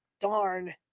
Darn